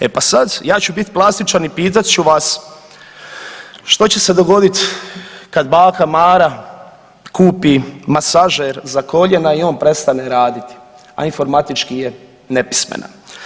E pa sad, ja ću biti plastičan i pitat ću vas što će se dogoditi kad baka Mara kupi masažer za koljena i on prestane raditi, a informatički je nepismena?